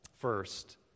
First